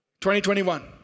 2021